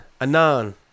Anon